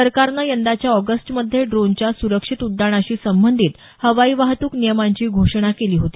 सरकारनं यंदाच्या ऑगस्टमध्ये डोनच्या सुरक्षित उड्डाणाशी संबंधित हवाई वाहतूक नियमांची घोषणा केली होती